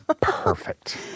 Perfect